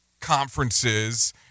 conferences